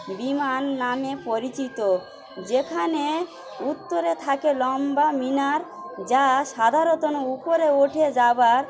বিমান নামে পরিচিত যেখানে উত্তরে থাকে লম্বা মিনার যা সাধারণত উপরে ওঠে যাওয়ার